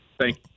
Thank